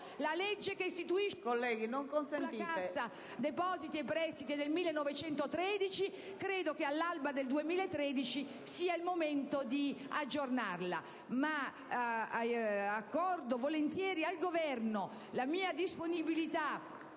La legge che istituisce la Cassa depositi e prestiti è del 1913; credo che all'alba del 2013 sia il momento di aggiornarla. Accordo volentieri al Governo la mia disponibilità